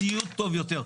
הציוד טוב יותר,